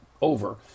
over